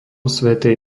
svätej